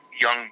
Young